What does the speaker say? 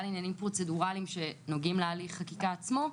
עניינים פרוצדורליים שנוגעים להליך החקיקה עצמו,